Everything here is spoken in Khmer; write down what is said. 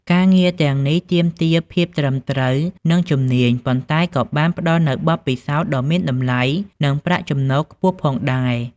ការងារទាំងនេះទាមទារភាពត្រឹមត្រូវ និងជំនាញ ប៉ុន្តែក៏បានផ្ដល់នូវបទពិសោធន៍ដ៏មានតម្លៃ និងប្រាក់ចំណូលខ្ពស់ផងដែរ ។